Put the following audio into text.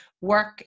work